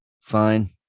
Fine